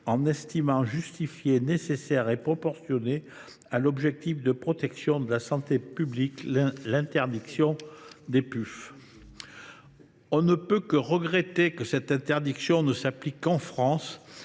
des puffs « justifiée, nécessaire, et proportionnée à l’objectif de protection de la santé publique ». On ne peut que regretter que cette interdiction ne s’applique qu’en France,